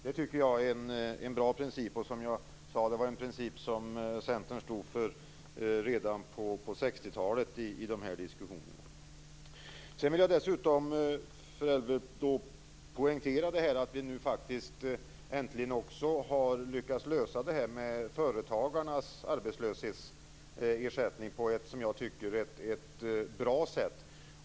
Det tycker jag är en bra princip, och som jag sade är det en princip som Centern stod för redan på 1960-talet i de här diskussionerna. Sedan vill jag dessutom för Elver Jonsson poängtera att vi nu faktiskt äntligen också har lyckats lösa frågan om företagarnas arbetslöshetsersättning på ett som jag tycker bra sätt.